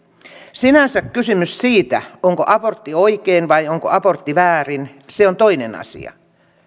sinänsä kysymys siitä onko abortti oikein vai onko abortti väärin on toinen asia